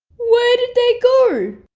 where did they go?